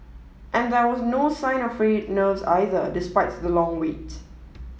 and there was no sign of frayed nerves either despite the long wait